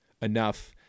enough